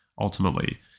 ultimately